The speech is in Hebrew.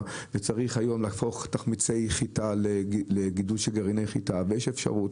וצריך היום להפוך תחמיצי חיטה לגידול של גרעיני חיטה ויש אפשרות,